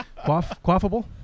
Quaffable